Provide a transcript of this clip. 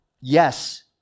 yes